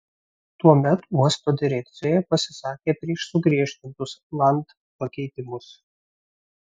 tuomet uosto direkcija pasisakė prieš sugriežtintus land pakeitimus